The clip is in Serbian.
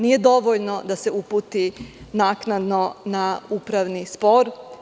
Nije dovoljno da se uputi naknadno na upravni spor.